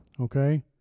Okay